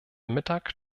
mittag